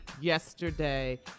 yesterday